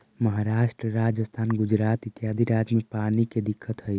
महाराष्ट्र, राजस्थान, गुजरात इत्यादि राज्य में पानी के दिक्कत हई